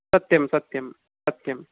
सत्यं सत्यं सत्यं